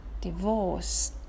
Divorce